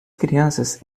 crianças